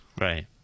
right